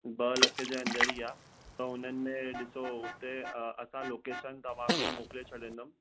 ॿ लख जे अंदरि ई आहे त हुननि में ॾिसो हुते असां लोकेशन तव्हांखे मोकिले छॾिंदुमि